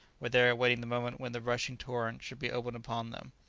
were there awaiting the moment when the rushing torrent should be opened upon them.